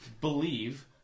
believe